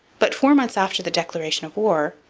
but, four months after the declaration of war,